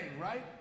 right